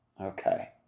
Okay